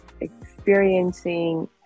experiencing